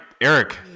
Eric